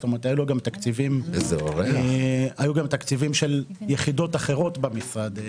זאת אומרת, היו גם תקציבים של יחידות אחרות במשרד.